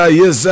yes